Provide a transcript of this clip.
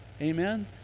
Amen